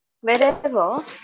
wherever